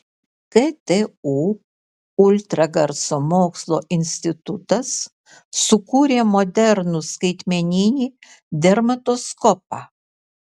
ktu ultragarso mokslo institutas sukūrė modernų skaitmeninį dermatoskopą